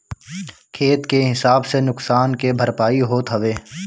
खेत के हिसाब से नुकसान के भरपाई होत हवे